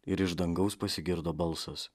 ir iš dangaus pasigirdo balsas